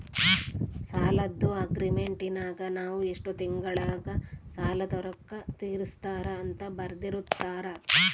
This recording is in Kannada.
ಸಾಲದ್ದು ಅಗ್ರೀಮೆಂಟಿನಗ ನಾವು ಎಷ್ಟು ತಿಂಗಳಗ ಸಾಲದ ರೊಕ್ಕ ತೀರಿಸುತ್ತಾರ ಅಂತ ಬರೆರ್ದಿರುತ್ತಾರ